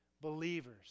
believers